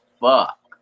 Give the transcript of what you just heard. fuck